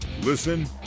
Listen